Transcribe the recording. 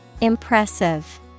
Impressive